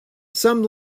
some